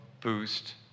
boost